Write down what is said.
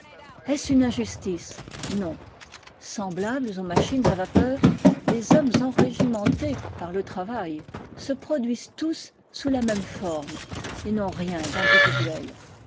est-ce une injustice non semblables aux machines à vapeur les hommes enrégimentés par le travail se produisent tous sous la même forme et n'ont rien d'individuel